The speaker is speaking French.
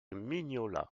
mignola